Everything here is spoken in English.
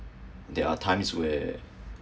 there are times where